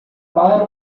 para